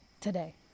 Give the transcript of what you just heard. today